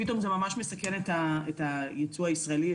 פתאום זה ממש מסכן את הייצוא הישראלי,